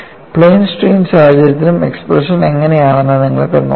plain strain സാഹചര്യത്തിനും expression എങ്ങനെയുണ്ടെന്ന് നിങ്ങൾക്ക് നോക്കാം